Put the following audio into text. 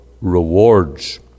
rewards